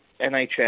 nhs